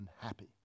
unhappy